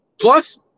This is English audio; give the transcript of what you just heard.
Plus